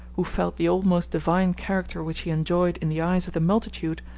who felt the almost divine character which he enjoyed in the eyes of the multitude,